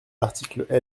l’article